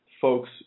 folks